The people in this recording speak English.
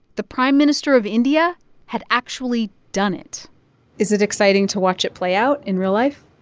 the prime minister of india had actually done it is it exciting to watch it play out in real life?